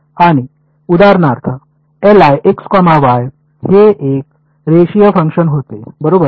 आणि उदाहरणार्थ हे एक रेषीय फंक्शन होते बरोबर